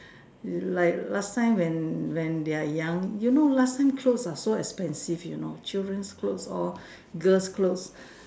like last time when when they're young you know last time clothes are so expensive you know children clothes all girls clothes